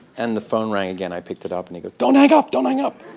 and the phone rang again. i picked it up and he goes, don't hang up. don't hang up.